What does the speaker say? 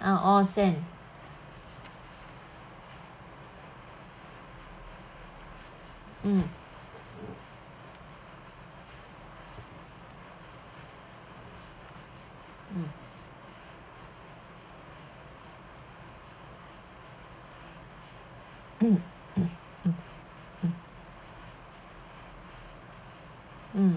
ah onsen mm mm mm